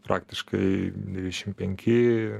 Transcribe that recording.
praktiškai devyniasdešim penki